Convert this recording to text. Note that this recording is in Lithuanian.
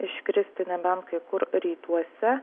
iškristi nebent kai kur rytuose